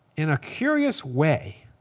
in a curious way,